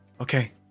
okay